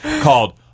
called